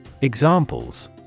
Examples